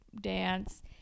dance